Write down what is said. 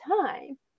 time